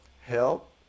help